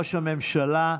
ראש הממשלה,